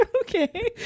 okay